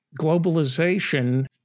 globalization